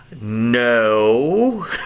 No